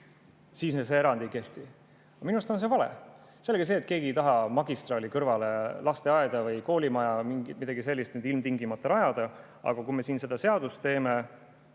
siis see erand ei kehti. Minu arust on see vale. Selge see, et keegi ei taha magistraali kõrvale lasteaeda, koolimaja või midagi sellist ilmtingimata rajada. Aga kui me siin seadust teeme